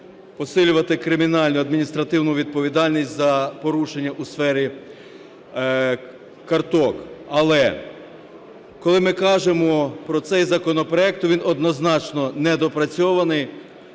посилювати кримінальну і адміністративну відповідальність за порушення у сфері карток. Але коли ми кажемо про цей законопроект, то він однозначно не допрацьований